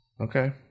Okay